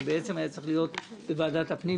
זה בעצם היה צריך להיות בוועדת הפנים,